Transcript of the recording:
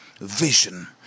vision